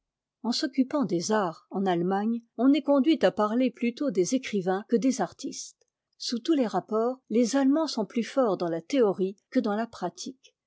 en s'occupant des arts en a emagne on est conduit à parler plutôt des écrivains que des artistes sous tous les rapports les allemands sont plus forts dans la théorie que dans la pratique